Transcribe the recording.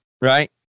right